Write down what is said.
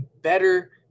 better